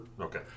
okay